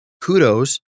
Kudos